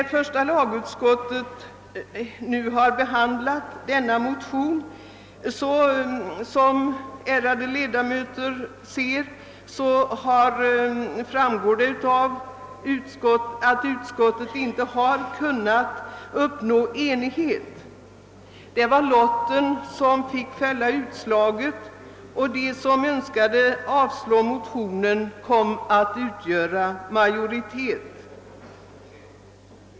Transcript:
Första lagutskottet har emellertid vid behandlingen av de föreliggande motionerna, såsom kammarens ärade ledamöter kunnat märka, inte kunnat uppnå enighet, utan lotten har fått fälla utslaget, varvid de som önskar avstyrka motionerna kommit att utgöra majo ritet.